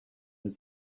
his